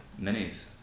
Minis